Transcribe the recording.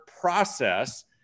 process